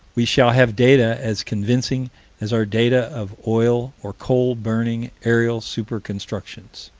we shall have data as convincing as our data of oil or coal-burning aerial super-constructions.